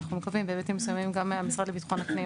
אנחנו מקווים גם המשרד לביטחון הפנים